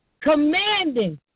commanding